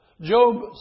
Job